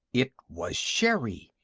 it was sherri!